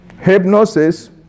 Hypnosis